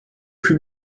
plus